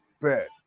Bet